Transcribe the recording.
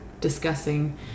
discussing